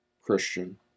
Christian